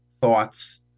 thoughts